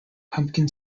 pumpkin